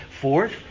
Fourth